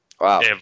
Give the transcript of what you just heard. Wow